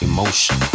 Emotion